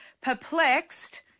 perplexed